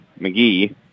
McGee